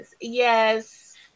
Yes